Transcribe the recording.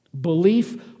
Belief